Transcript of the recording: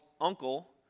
uncle